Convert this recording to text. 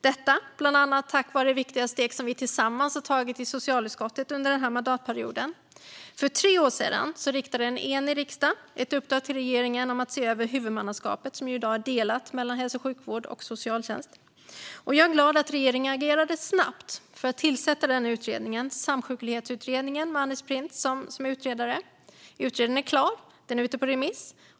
Det är bland annat tack vare viktiga steg som vi i socialutskottet har tagit tillsammans under den här mandatperioden. För tre år sedan riktade en enig riksdag ett uppdrag till regeringen om att se över huvudmanskapet som i dag är delat mellan hälso och sjukvård och socialtjänst. Jag är glad att regeringen agerade snabbt för att tillsätta Samsjuklighetsutredningen med Anders Printz som utredare. Utredningen är klar och ute på remiss.